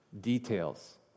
details